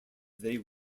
they